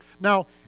Now